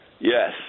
yes